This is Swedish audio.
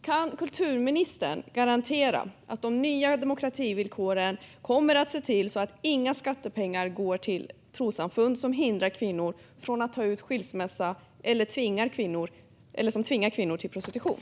Kan kulturministern garantera att de nya demokrativillkoren kommer att se till att inga skattepengar går till trossamfund som hindrar kvinnor från att ta ut skilsmässa eller tvingar kvinnor till prostitution?